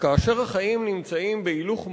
וכאשר החיים נמצאים בהילוך מהיר,